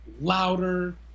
louder